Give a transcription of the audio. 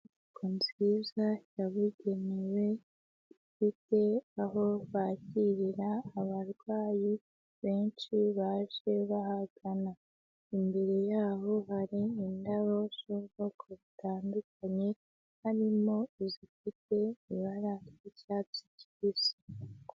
Inyubako nziza yabugenewe, ifite aho bakirira abarwayi benshi baje bahagana. Imbere yaho hari indabo z'ubwoko butandukanye, harimo izifite ibara ry'icyatsi kibisi.